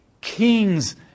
Kings